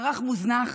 מערך מוזנח,